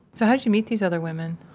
so how'd you meet these other women?